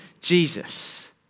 Jesus